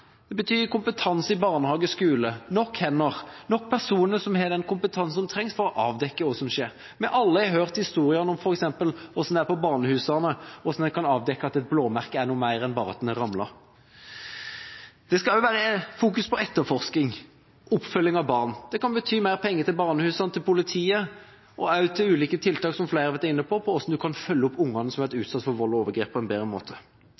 Det betyr kompetanse i barnehage og skole, nok hender – nok personer som har den kompetansen som trengs for å avdekke hva som skjer. Vi har alle hørt historiene om f.eks. hvordan det er på barnehusene, hvordan en kan avdekke at et blåmerke er noe mer enn bare at en har ramlet. Det skal også være fokusering på etterforskning og oppfølging av barn. Det kan bety mer penger til barnehusene, til politiet og til ulike tiltak – som flere har vært inne på – for hvordan en på en bedre måte kan følge opp unger som har vært utsatt for vold og overgrep.